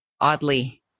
oddly